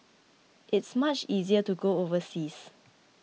it's much easier to go overseas